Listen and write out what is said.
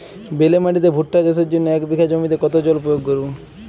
বেলে মাটিতে ভুট্টা চাষের জন্য এক বিঘা জমিতে কতো জল প্রয়োগ করব?